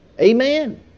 Amen